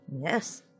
Yes